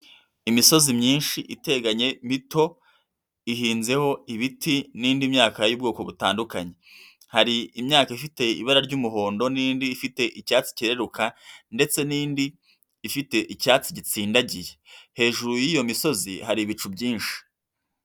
Imisozi myinshi iteganye mito ihinzeho ibiti n'indi myaka y'ubwoko butandukanye, hari imyaka ifite ibara ry'umuhondo n'indi ifite icyatsi cyereruka ndetse n'indi ifite icyatsi gitsindagiye, hejuru y'iyo misozi hari ibicu byinshi.